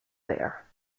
there